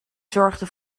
zorgden